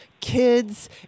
kids